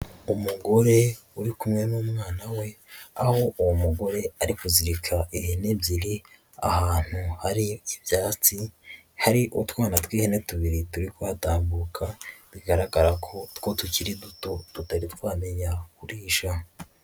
Umugore uri kumwe n'umwana we, aho uwo mugore ari kuzirika ihene ebyiri ahantu hari ibyatsi hari utwana tw'ihene tubiri turi kuhatambuka, bigaragara ko two tukiri duto tutari twamenya kurisha.